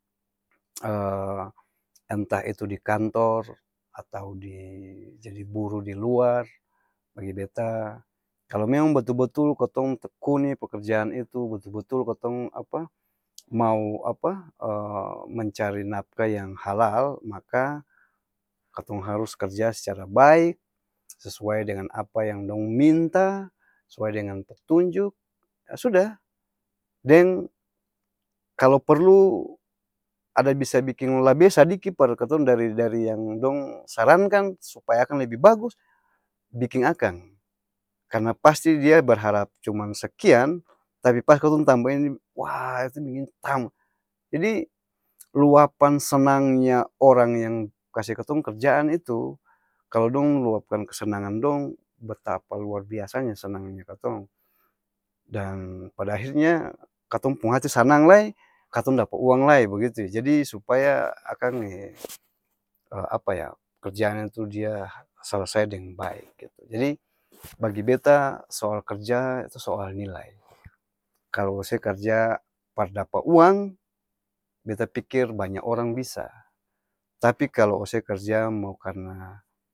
entah itu di kantor, atau di jadi buruh di luar, bagi beta kalo memang batul-batul katong tekuni pekerjaan itu betul-betul katong apa? Mau apa? mencari napkah yang halal maka katong harus karja secara baik, sesuai dengan apa yang dong minta, sesuai dengan petunjuk, aa sudah deng, kalo perlu ada bisa biking labe sadiki par katong dari dari-yang dong sarankan supaya akang lebi bagus, biking akang! Karna pasti dia berharap cuman sekian, tapi pas katong tamba ini, waah itu begini tamba jadi, luapan senangnya orang yang kase katong kerjaan itu, kalo dong luapkan kesenangan dong betapa luar biasa nya senang nya katong, dan pada ahir nya katong pung hati sanang lai, katong dapa uang lai bagitu, jadi supaya akang apa ya? Pekerjaan itu dia selesai deng baek gitu jadi, bagi beta, soal kerja itu soal nilai, kalo se karja par dapa uang, beta pikir banya orang bisa, tapi kalo ose kerja mau karna.